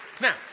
Now